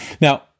Now